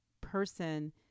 person